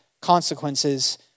consequences